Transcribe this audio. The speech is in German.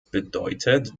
bedeutet